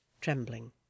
trembling